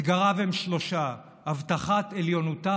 אתגריו הם שלושה: הבטחת עליונותה